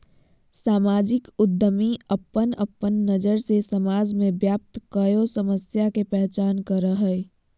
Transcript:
सामाजिक उद्यमी अपन अपन नज़र से समाज में व्याप्त कोय समस्या के पहचान करो हइ